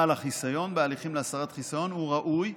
בעל החיסיון, בהליכים להסרת חיסיון, הוא ראוי,